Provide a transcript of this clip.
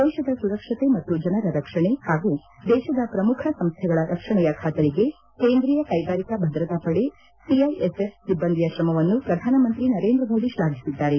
ದೇಶದ ಸುರಕ್ಷತೆ ಮತ್ತು ಜನರ ರಕ್ಷಣೆ ಹಾಗೂ ದೇಶದ ಪ್ರಮುಖ ಸಂಸ್ವೆಗಳ ರಕ್ಷಣೆಯ ಖಾತರಿಗೆ ಕೇಂದ್ರೀಯ ಕ್ಟೆಗಾರಿಕಾ ಭದ್ರತಾ ಪಡೆ ಸಿಐಎಸ್ಎಫ್ ಸಿಬ್ಬಂದಿಯ ಶ್ರಮವನ್ನು ಪ್ರಧಾನಮಂತ್ರಿ ನರೇಂದ್ರ ಮೋದಿ ಶ್ಲಾಘಿಸಿದ್ದಾರೆ